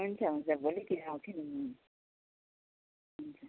हुन्छ हुन्छ भोलितिर आउँछु नि हुन्छ